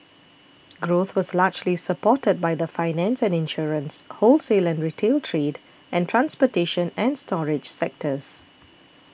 growth was largely supported by the finance and insurance wholesale and retail trade and transportation and storage sectors